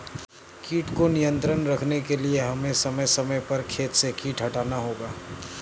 कीट को नियंत्रण रखने के लिए हमें समय समय पर खेत से कीट हटाना होगा